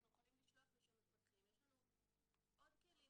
אנחנו יכולים לשלוח לשם מפקחים ויש לנו עוד כלים